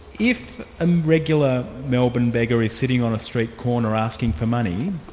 if a regular melbourne beggar is sitting on a street corner asking for money,